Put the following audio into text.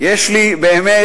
יש לי באמת,